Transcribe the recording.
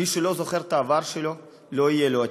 מי שלא זוכר את העבר שלו, לא יהיה לו עתיד.